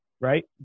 right